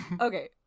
Okay